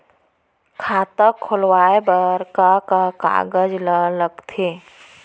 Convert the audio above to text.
खाता खोलवाये बर का का कागज ल लगथे?